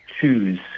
choose